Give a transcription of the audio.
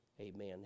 amen